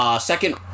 second